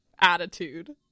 attitude